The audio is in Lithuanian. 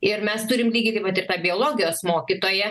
ir mes turim lygiai taip pat ir biologijos mokytoją